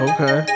Okay